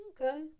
Okay